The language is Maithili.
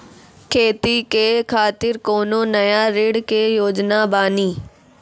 खेती के खातिर कोनो नया ऋण के योजना बानी?